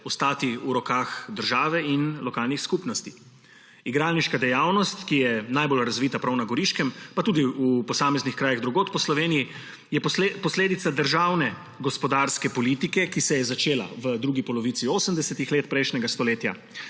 ostati v rokah države in lokalnih skupnosti. Igralniška dejavnost, ki je najbolj razvita prav na Goriškem, pa tudi v posameznih krajih drugod po Sloveniji, je posledica državne gospodarske politike, ki se je začela v drugi polovici 80. let prejšnjega stoletja.